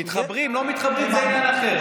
מתחברים, לא מתחברים, זה עניין אחר.